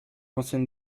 ancienne